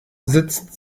sitzt